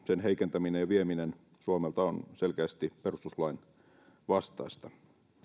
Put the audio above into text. sen heikentäminen ja vieminen suomelta on myöskin selkeästi perustuslain vastaista